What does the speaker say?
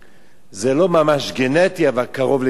זה לא ממש גנטי אבל קרוב לגנטיות,